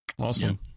Awesome